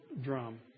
drum